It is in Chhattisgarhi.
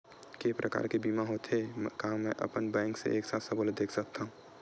के प्रकार के बीमा होथे मै का अपन बैंक से एक साथ सबो ला देख सकथन?